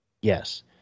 Yes